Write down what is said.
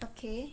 okay